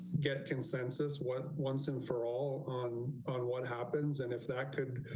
get consensus what once and for all, on, on what happens and if that could